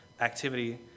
activity